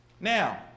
now